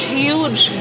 huge